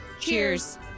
Cheers